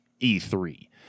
E3